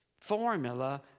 formula